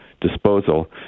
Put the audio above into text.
disposal